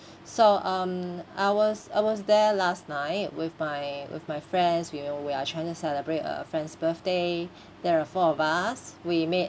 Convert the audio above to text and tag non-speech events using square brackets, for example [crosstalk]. [breath] so um I was I was there last night with my with my friends you know we are trying to celebrate a friend's birthday [breath] there are four of us we made